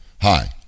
Hi